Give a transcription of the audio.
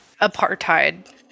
apartheid